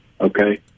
okay